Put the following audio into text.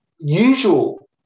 usual